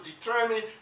determine